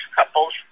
couples